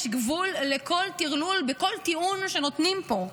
יש גבול לכל טרלול בכל טיעון שנותנים פה.